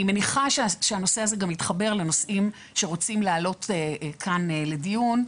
אני מניחה שהנושא הזה גם יתחבר לנושאים שרוצים להעלות כאן לדיון,